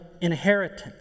inheritance